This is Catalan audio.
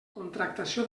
contractació